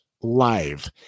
live